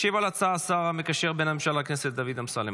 ישיב על ההצעה השר המקשר בין הממשלה לכנסת דוד אמסלם,